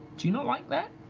do you not like that?